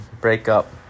breakup